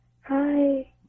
Hi